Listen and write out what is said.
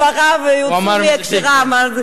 כדי שהוא לא יגיד שדבריו הוצאו מהקשרם.